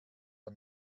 ihr